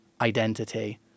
identity